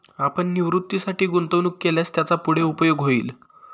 आपण निवृत्तीसाठी गुंतवणूक केल्यास त्याचा पुढे उपयोग होईल